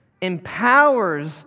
empowers